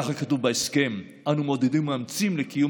ככה כתוב בהסכם: "אנו מעודדים מאמצים לקידום